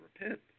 repent